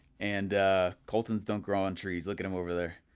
and coulton's don't grow on trees, look at him over there.